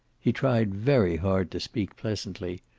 he tried very hard to speak pleasantly.